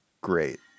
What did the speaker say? great